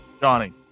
Johnny